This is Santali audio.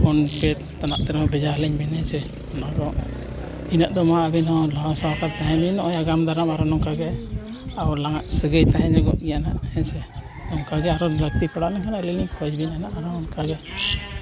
ᱯᱷᱳᱱ ᱯᱮᱹ ᱛᱮᱱᱟᱜ ᱛᱮᱦᱚᱸ ᱵᱷᱮᱡᱟ ᱟᱹᱞᱤᱧ ᱵᱮᱱ ᱦᱮᱸ ᱥᱮ ᱚᱱᱟ ᱫᱚ ᱤᱱᱟᱹᱜ ᱫᱚ ᱢᱟ ᱟᱹᱵᱤᱱ ᱦᱚᱸ ᱞᱟᱦᱟ ᱥᱟᱦᱟᱣ ᱠᱟᱛᱮᱫ ᱛᱟᱦᱮᱱ ᱵᱮᱱ ᱟᱜᱟᱢ ᱫᱟᱨᱟᱢ ᱟᱨᱚ ᱱᱚᱝᱠᱟᱜᱮ ᱟᱨ ᱟᱞᱟᱝᱼᱟᱜ ᱥᱟᱹᱜᱟᱹᱭ ᱛᱟᱦᱮᱸ ᱧᱚᱜᱚᱜ ᱜᱮᱭᱟ ᱦᱮᱸ ᱥᱮ ᱚᱱᱠᱟᱜᱮ ᱟᱨᱚ ᱞᱟᱹᱠᱛᱤ ᱯᱟᱲᱟᱣ ᱞᱮᱱᱠᱷᱟᱱ ᱜᱮ ᱟᱹᱞᱤᱧᱞᱤᱧ ᱠᱷᱚᱡᱽ ᱵᱮᱱᱟ ᱦᱟᱸᱜ ᱚᱱᱠᱟ ᱜᱮ